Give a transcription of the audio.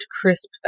crisp